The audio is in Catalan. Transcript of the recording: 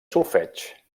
solfeig